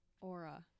aura